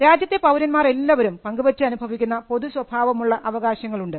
രാജ്യത്തെ പൌരന്മാർ എല്ലാവരും പങ്കുവെച്ച് അനുഭവിക്കുന്ന പൊതു സ്വഭാവമുള്ള അവകാശങ്ങൾ ഉണ്ട്